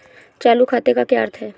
चालू खाते का क्या अर्थ है?